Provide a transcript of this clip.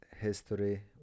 history